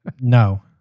No